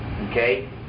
Okay